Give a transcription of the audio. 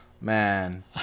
man